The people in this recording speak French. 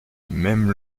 même